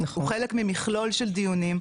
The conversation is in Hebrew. הוא חלק ממכלול של דיונים,